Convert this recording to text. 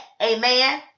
Amen